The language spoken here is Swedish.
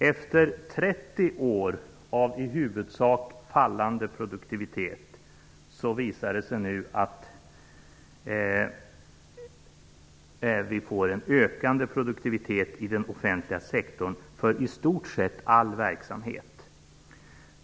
Efter 30 år av i huvudsak fallande produktivitet visar det sig att vi nu har ökande produktivitet i den offentliga sektorn för i stort sett all verksamhet.